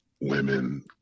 women